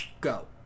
Go